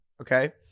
okay